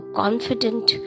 confident